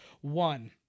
One